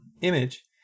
image